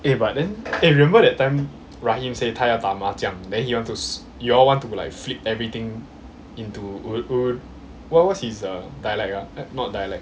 eh but then eh remember that time rahim say 他要打麻将 then he want to you all want to like flip everything into what what's his uh dialect ah not dialect